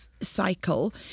cycle